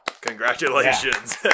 Congratulations